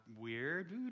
weird